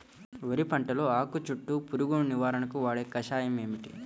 వరి పంటలో ఆకు చుట్టూ పురుగును నివారణకు వాడే కషాయం ఏమిటి?